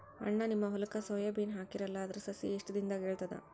ಅಣ್ಣಾ, ನಿಮ್ಮ ಹೊಲಕ್ಕ ಸೋಯ ಬೀನ ಹಾಕೀರಲಾ, ಅದರ ಸಸಿ ಎಷ್ಟ ದಿಂದಾಗ ಏಳತದ?